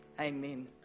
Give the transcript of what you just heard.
amen